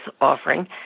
offering